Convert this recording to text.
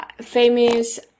famous